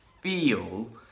feel